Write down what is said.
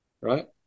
right